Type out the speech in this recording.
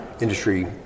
industry